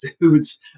dudes